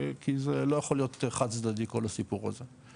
כי זה לא יכול להיות חד צדדי כל הסיפור הזה,